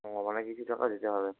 ও ওখানে কিছু টাকা দিতে হবে